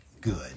good